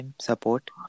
support